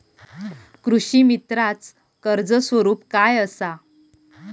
कृषीमित्राच कर्ज स्वरूप काय असा?